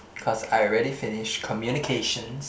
cause I already finish Communications